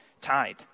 tied